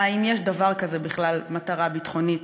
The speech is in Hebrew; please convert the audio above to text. אם יש דבר כזה בכלל: מטרה ביטחונית